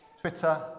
Twitter